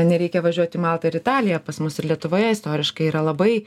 nereikia važiuot į maltą ar italiją pas mus ir lietuvoje istoriškai yra labai